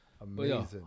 Amazing